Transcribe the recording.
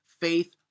Faith